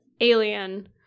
Alien